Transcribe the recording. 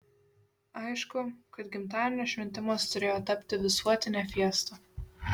aišku kad gimtadienio šventimas turėjo tapti visuotine fiesta